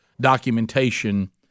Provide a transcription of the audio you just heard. documentation